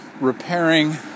repairing